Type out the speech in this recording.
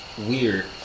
weird